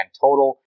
total